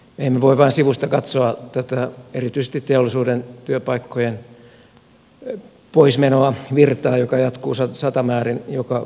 emme voi vain sivusta katsoa tätä erityisesti teollisuuden työpaikkojen poismenoa virtaa jota jatkuu satamäärin joka viikko